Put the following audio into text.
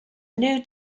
new